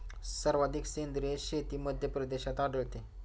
सर्वाधिक सेंद्रिय शेती मध्यप्रदेशात आढळते